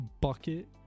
Bucket